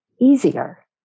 easier